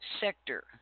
sector